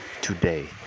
today